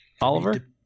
Oliver